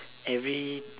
every